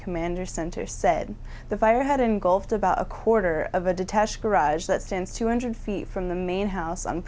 commander center said the fire had engulfed about a quarter of a detached garage that stands two hundred feet from the main house